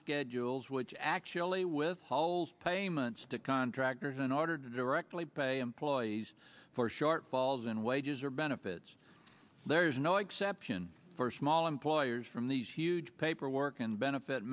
schedules which actually withholds payments to contractors in order to directly pay employees for shortfalls in wages or benefits there's no exception for small employers from these huge paperwork and benefit